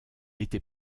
était